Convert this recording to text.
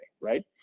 right